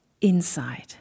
inside